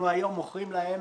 אנחנו היום מוכרים להם